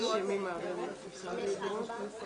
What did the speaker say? ועדת החינוך, התרבות